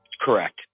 Correct